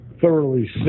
thoroughly